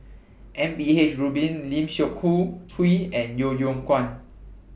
M P H Rubin Lim Seok Hui and Yeo Yeow Kwang